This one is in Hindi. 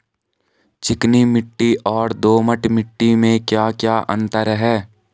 चिकनी मिट्टी और दोमट मिट्टी में क्या क्या अंतर है?